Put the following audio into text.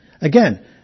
again